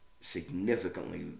significantly